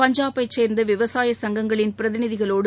பஞ்சாபை சேர்ந்த விவசாய சங்கங்களின் பிரதிநிதிகளோடு